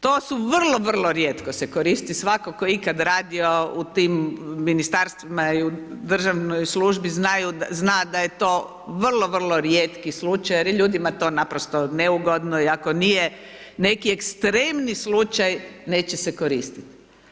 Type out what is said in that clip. To su vrlo vrlo rijetko se koristi, svatko tko je itko radio u tim ministarstvima i u državnoj službi, zna da je to vrlo vrlo rijetki slučaj, jer je ljudima to naprosto neugodno i ako nije neki ekstremni slučaj neće se koristiti.